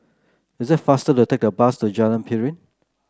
is it faster to take a bus to Jalan Piring